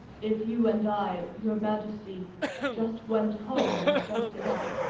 if you and i your majesty just went home and rested up.